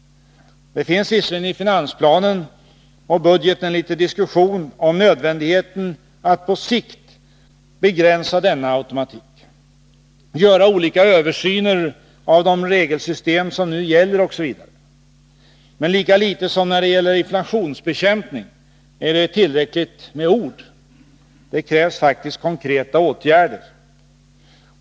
Det finns visserligen i finansplanen och budgeten någon diskussion om nödvändigheten av att på sikt begränsa denna automatik, göra olika översyner av de regelsystem som nu gäller osv. Men lika litet som när det gäller inflationsbekämpning är det tillräckligt med ord — det krävs faktiskt konkreta åtgärder.